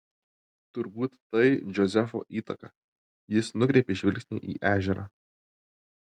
turbūt tai džozefo įtaka jis nukreipė žvilgsnį į ežerą